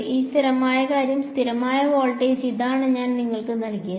ഈ സ്ഥിരമായ കാര്യം സ്ഥിരമായ വോൾട്ടേജ് ഇതാണ് ഞാൻ നിങ്ങൾക്ക് നൽകിയത്